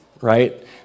right